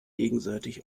gegenseitig